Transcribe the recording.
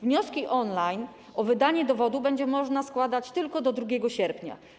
Wnioski online o wydanie dowodu będzie można składać tylko do 2 sierpnia.